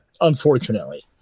Unfortunately